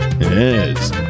Yes